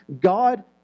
God